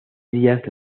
días